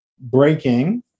Breaking